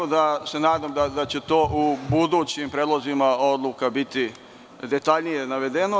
Nadam se da će to u budućim predlozima odluka biti detaljnije navedeno.